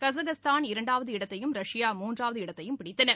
Kazakhstan இரண்டாவது இடத்தையும் Russia மூன்றாவது இடத்தையும் பிடித்துள்ளன